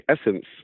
essence